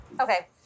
Okay